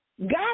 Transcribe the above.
God